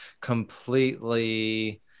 completely